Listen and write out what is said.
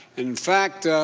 in fact,